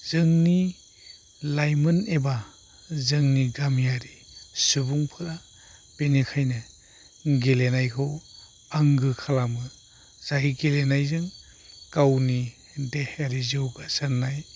जोंनि लाइमोन एबा जोंनि गामियारि सुबुंफोरा बेनिखायनो गेलेनायखौ आंगो खालामो जाय गेलेनायजों गावनि देहायारि जौगासारनाय